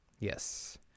Yes